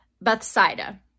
Bethsaida